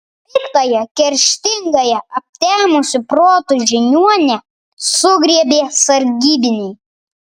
piktąją kerštingąją aptemusiu protu žiniuonę sugriebė sargybiniai